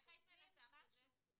איך היית מנסחת את זה?